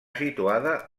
situada